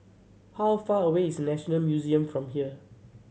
how far away is National Museum from here